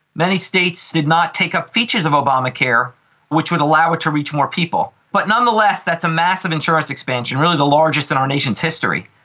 many states did not take up features of obamacare which would allow it to reach more people. but nonetheless that's a massive insurance expansion, really the largest in our nation's history.